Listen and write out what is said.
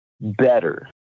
better